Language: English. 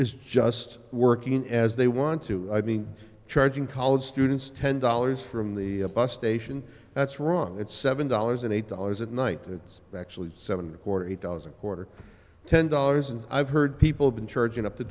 is just working as they want to i mean charging college students ten dollars from the bus station that's wrong at seven dollars and eight dollars a night that's actually seven record eight dollars a quarter ten dollars and i've heard people have been charging up to